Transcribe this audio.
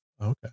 okay